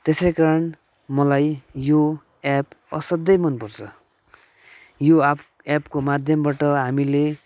त्यसै कारण मलाई यो एप असाध्यै मन पर्छ यो आप एपको माध्यमबाट हामीले